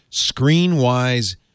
ScreenWise